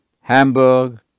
Hamburg